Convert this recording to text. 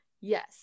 yes